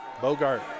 Bogart